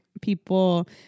people